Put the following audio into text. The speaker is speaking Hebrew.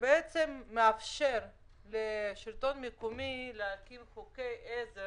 שמאפשר לשלטון המקומי להקים חוקי עזר